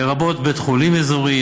לרבות בית חולים אזורי,